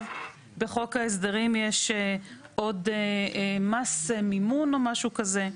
בחוק ההסדרים יש עוד מס מימון או משהו כזה.